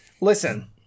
Listen